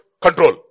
control